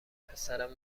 پسرم